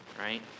right